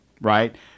Right